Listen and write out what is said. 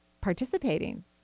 participating